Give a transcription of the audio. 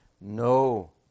No